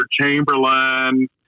Chamberlain